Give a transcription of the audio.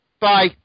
Bye